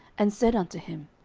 and said unto him,